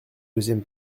deuxième